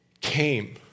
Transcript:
Came